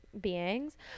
beings